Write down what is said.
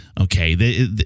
Okay